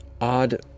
odd